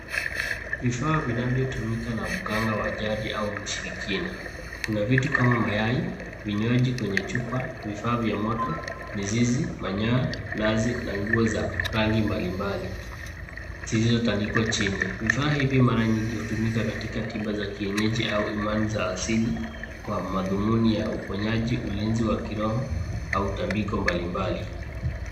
Vifaa vinavyotumika na mganga wa jadi au mshirikina . Kuna vitu kama mayai , vinywaji kwenye chupa , vifaa vya moto , mizizi , manyoya , nazi na nguo za rangi mbalimbali zilizotandikwa chini. Vifaa hivi mara nyingi hutumika katika tiba za kienyeji au imani za asili kwa madhumuni ya uponyaji , ulinzi wa kiroho au tambiko mbalimbali.